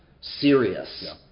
serious